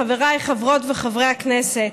חבריי חברות וחברי הכנסת,